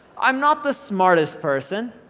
i'm not the smartest person,